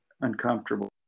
uncomfortable